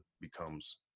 becomes